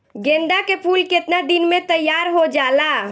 गेंदा के फूल केतना दिन में तइयार हो जाला?